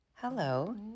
Hello